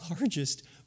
largest